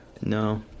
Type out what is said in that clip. no